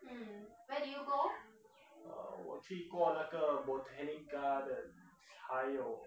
uh 我去过过那个 botanic gardens 还有